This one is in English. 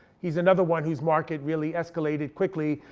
he's another one whose market really escalated quickly.